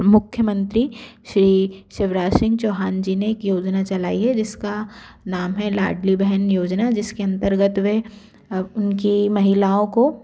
मुख्य मंत्री श्री शिवराज सिंग चौहान जी ने एक योजना चलाई है जिसका नाम है लाडली बहन योजना जिसके अन्तर्गत वह उनकी महिलाओं को